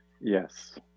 Yes